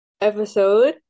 episode